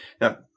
now